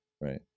right